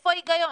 איפה ההיגיון?